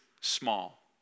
small